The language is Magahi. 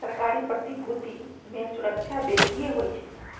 सरकारी प्रतिभूति में सूरक्षा बेशिए होइ छइ